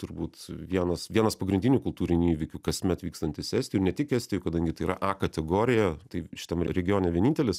turbūt vienas vienas pagrindinių kultūrinių įvykių kasmet vykstantis estijoj ir ne tik estijoj kadangi tai yra a kategorija tai šitam regione vienintelis